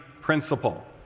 principle